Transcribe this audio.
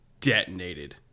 detonated